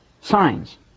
Signs